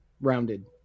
rounded